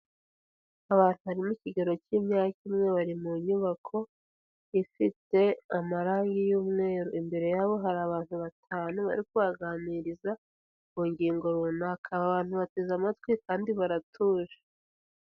abantu bari mukigero cy'imyaka imwe bari mu nyubako ifite amarangi y'mweru, imbere yabo hari abantu batanu bari kuyaganiriza ku ngingo runaka abantu bateze amatwi kandi baratuje.